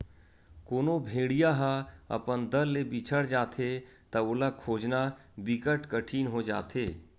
कोनो भेड़िया ह अपन दल ले बिछड़ जाथे त ओला खोजना बिकट कठिन हो जाथे